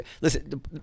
Listen